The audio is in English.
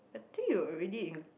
I think you already in